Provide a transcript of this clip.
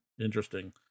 interesting